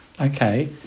Okay